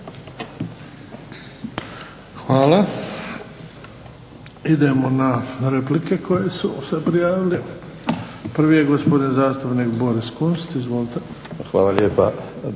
(HDZ)** Hvala. Idemo na replike koji su se prijavili. Prvi je gospodin zastupnik Boris Kunst, izvolite. **Kunst,